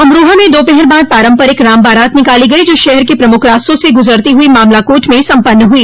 अमरोहा में दोपहर बाद पारम्परिक राम बारात निकाली गयी जो शहर के प्रमुख रास्तों से गुजरती हुई मामला कोट में सम्पन्न हुई